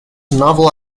novel